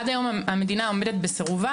עד היום המדינה עומדת בסירובה,